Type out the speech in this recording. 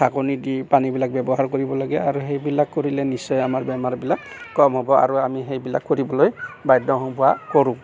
ঢাকনি দি পানীবিলাক ব্যৱহাৰ কৰিব লাগে আৰু সেইবিলাক কৰিলে নিশ্চয় আমাৰ বেমাৰবিলাক কম হ'ব আৰু আমি সেইবিলাক কৰিবলৈ বাধ্য হওঁ বা কৰোঁ